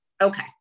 Okay